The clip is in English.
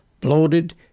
bloated